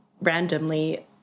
randomly